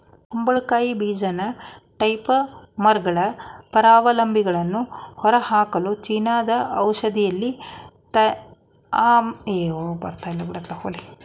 ಕುಂಬಳಕಾಯಿ ಬೀಜನ ಟೇಪ್ವರ್ಮ್ಗಳ ಪರಾವಲಂಬಿಗಳನ್ನು ಹೊರಹಾಕಲು ಚೀನಾದ ಔಷಧದಲ್ಲಿ ಆಂಥೆಲ್ಮಿಂಟಿಕಾಗಿ ಬಳಸ್ತಾರೆ